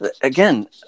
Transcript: again